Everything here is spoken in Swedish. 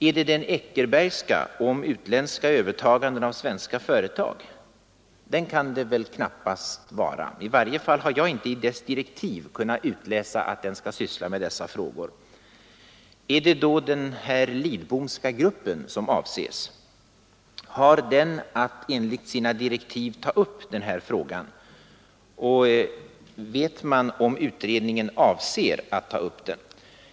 Är det den Eckerbergska om utländska övertaganden av svenska företag? Den kan det väl knappast vara. I varje fall har jag inte i dess direktiv kunnat utläsa att den skall syssla med dessa frågor. Avses den Lidbomska gruppen? Har den enligt sina direktiv att ta upp dessa frågor? Vet man om gruppen avser att ta upp dem?